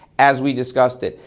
as we discussed it.